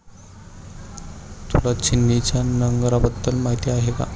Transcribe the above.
तुला छिन्नीच्या नांगराबद्दल माहिती आहे का?